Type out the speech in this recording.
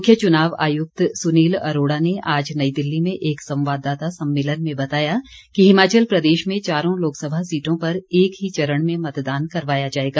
मुख्य चुनाव आयुक्त सुनील अरोड़ा ने आज नई दिल्ली में एक संवाददाता सम्मेलन में बताया कि हिमाचल प्रदेश में चारों लोकसभा सीटों पर एक ही चरण में मतदान करवाया जाएगा